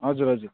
हजुर हजुर